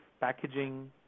packaging